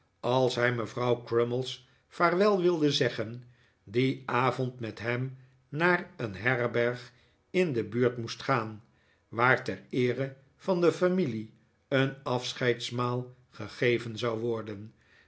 als hij mevrouw crummies vaarwel wilde zeggen dien avond met hem naar een herberg in dfe buurt moest gaan waar ter eere van de familie een afscheidsmaal gegeven zou worden